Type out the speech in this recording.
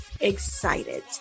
excited